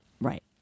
Right